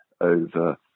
over